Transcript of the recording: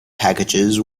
packages